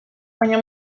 baina